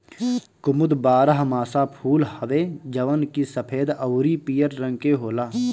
कुमुद बारहमासा फूल हवे जवन की सफ़ेद अउरी पियर रंग के होला